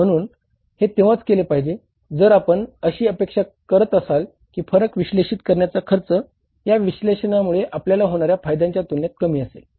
म्हणूनच हे तेंव्हाच केले पाहिजे जर आपण अशी अपेक्षा करत असाल की फरक विश्लेषित करण्याचा खर्च या विश्लेषणामुळे आपल्याला होणार्या फायद्यांच्या तुलनेत कमी असेल